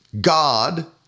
God